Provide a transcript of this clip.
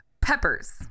peppers